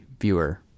viewer